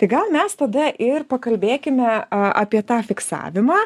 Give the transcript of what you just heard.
tai gal mes tada ir pakalbėkime a apie tą fiksavimą